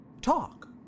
talk